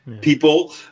people